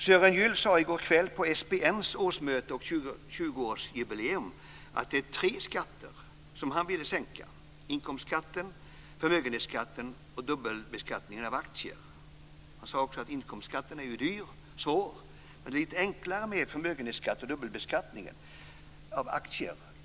Sören Gyll sade i går kväll på SPM:s årsmöte och 20-årsjubileum att det är tre skatter som han vill sänka: inkomstskatten, förmögenhetsskatten och dubbelbeskattningen av aktier. Han sade också att inkomstskatten är dyr och svår och att det är betydligt enklare med förmögenhetsskatten och dubbelbeskattningen av aktier.